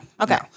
Okay